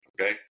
Okay